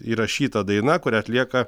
įrašyta daina kurią atlieka